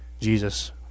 Jesus